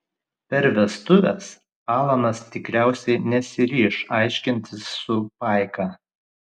per vestuves alanas tikriausiai nesiryš aiškintis su paika